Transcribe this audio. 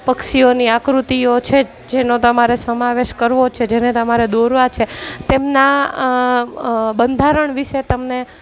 પક્ષીઓની આકૃતિઓ છે જેનો તમારે સમાવેશ કરવો છે જેને તમારે દોરવા છે તેમના બંધારણ વિષે તમને